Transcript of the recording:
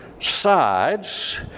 sides